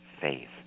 faith